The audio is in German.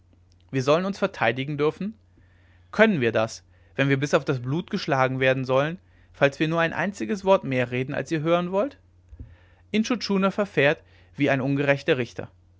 wir sollen uns verteidigen dürfen können wir das wenn wir bis auf das blut geschlagen werden sollen falls wir nur ein einziges wort mehr reden als ihr hören wollt intschu tschuna verfährt wie ein ungerechter richter